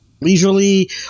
leisurely